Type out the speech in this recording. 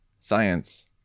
science